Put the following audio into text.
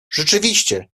rzeczywiście